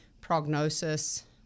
prognosis